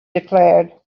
declared